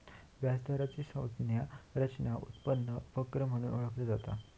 व्याज दराचा संज्ञा रचना उत्पन्न वक्र म्हणून ओळखला जाता